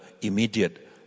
immediate